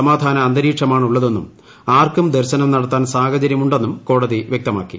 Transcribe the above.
സമാധാനാന്തരീക്ഷമാണുള്ളതെന്നും ആർക്കും ദർശനം നടത്താൻ സാഹചര്യമുണ്ടെന്നും കോടതി വൃക്തമാക്കി